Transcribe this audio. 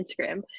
Instagram